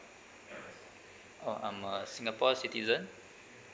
uh I'm a singapore citizen